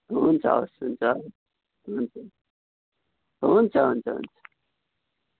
हुन्छ हवस् हुन्छ हुन्छ हुन्छ हुन्छ हुन्छ